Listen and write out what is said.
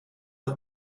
ett